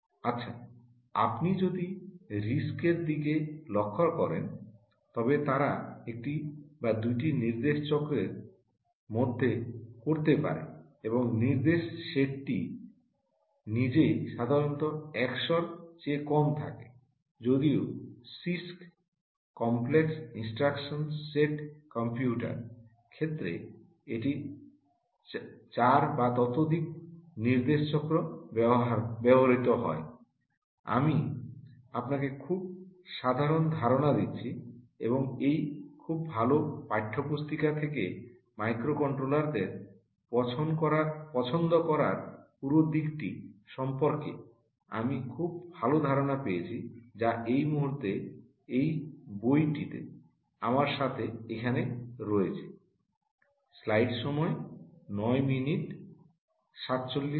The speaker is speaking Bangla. আচ্ছা আপনি যদি আরআইএসসি র দিকে লক্ষ্য করেন তবে তারা একটি বা দুটি নির্দেশ চক্রের মধ্যে করতে পারে এবং নির্দেশ সেটটি নিজেই সাধারণত 100 এর চেয়ে কম থাকে যদিও CISC complex instruction set computer ক্ষেত্রে এটি 4 বা ততোধিক নির্দেশ চক্র ব্যবহৃত হয় I আমি আপনাকে খুব সাধারণ ধারণা দিচ্ছি এবং এই খুব ভাল পাঠ্যপুস্তিকা থেকে মাইক্রোকন্ট্রোলারদের পছন্দ করার পুরো দিকটি সম্পর্কে আমি খুব ভাল ধারণা পেয়েছি যা এই মুহুর্তে এই বইটি আমার সাথে এখানে রয়েছে